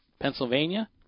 Pennsylvania